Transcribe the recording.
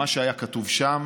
היה כתוב שם